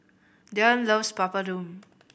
Diann loves Papadum